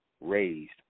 raised